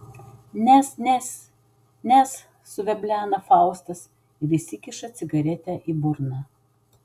nes nes nes suveblena faustas ir įsikiša cigaretę į burną